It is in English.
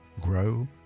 grow